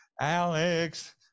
Alex